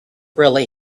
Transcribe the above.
really